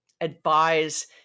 advise